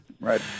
Right